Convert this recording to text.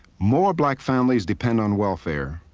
more black families depend on welfare.